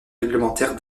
réglementaires